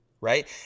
right